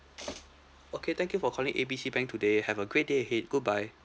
okay thank you for calling A B C bank today have a great day ahead goodbye